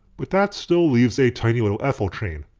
but that still leaves a tiny little ethyl chain.